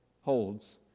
holds